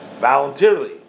Voluntarily